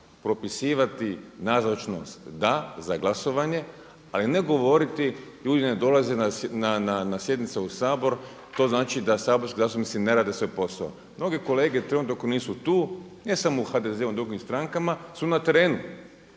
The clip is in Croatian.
Propisivati nazočnost da, za glasovanje, ali ne govoriti ljudi ne dolaze na sjednice u Sabor, to znači da saborski zastupnici ne rade svoj posao. Mnogi kolege trenutno dok nisu tu, ne samo u HDZ-u nego u drugim strankama su na terenu